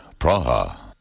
Praha